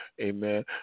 Amen